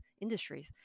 industries